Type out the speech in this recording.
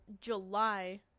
July